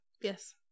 Yes